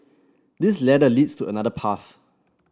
this ladder leads to another path